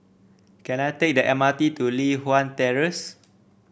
can I take the M R T to Li Hwan Terrace